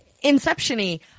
Inception-y